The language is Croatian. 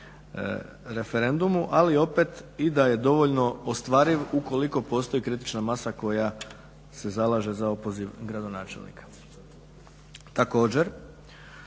referendumu, ali opet i da je dovoljno ostvariv ukoliko postoji kritična masa koja se zalaže za opoziv gradonačelnika. Također,